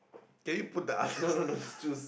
can you put the others also